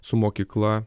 su mokykla